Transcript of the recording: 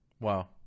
Wow